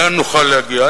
לאן נוכל להגיע?